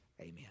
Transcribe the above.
amen